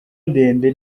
ndende